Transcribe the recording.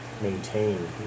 maintain